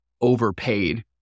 overpaid